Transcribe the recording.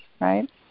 right